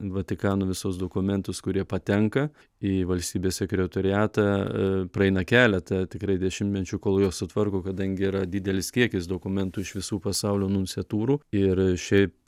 vatikano visus dokumentus kurie patenka į valstybės sekretoriatą e praeina keletą tikrai dešimtmečių kol juos sutvarko kadangi yra didelis kiekis dokumentų iš visų pasaulio nunciatūrų ir šiaip